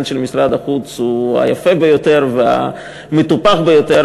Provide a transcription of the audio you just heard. של משרד החוץ הוא היפה ביותר והמטופח ביותר,